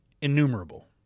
innumerable